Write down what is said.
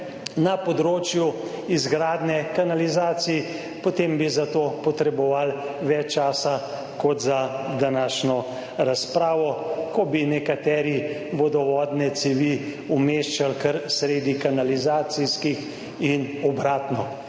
na področju izgradnje kanalizacij, potem bi za to potrebovali več časa kot za današnjo razpravo, ko bi nekateri vodovodne cevi umeščali kar sredi kanalizacijskih in obratno